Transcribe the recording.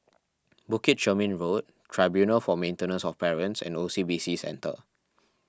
Bukit Chermin Road Tribunal for Maintenance of Parents and O C B C Centre